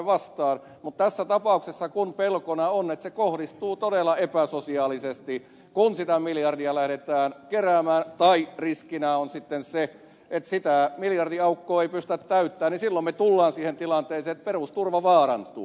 mutta tässä tapauksessa kun pelkona on että se kohdistuu todella epäsosiaalisesti kun sitä miljardia lähdetään keräämään tai riskinä on sitten se että sitä miljardiaukkoa ei pystytä täyttämään niin silloin me tulemme siihen tilanteeseen että perusturva vaarantuu